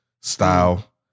style